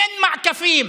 אין מעקפים,